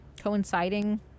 coinciding